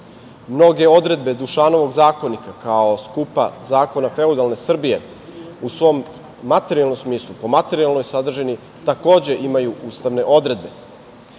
odredbe Dušanovog zakonika kao skupa zakona feudalne Srbije u svom materijalnom smislu, po materijalnoj sadržini, takođe, imaju ustavne odredbe